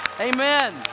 Amen